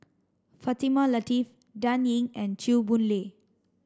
Fatimah Lateef Dan Ying and Chew Boon Lay